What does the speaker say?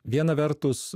viena vertus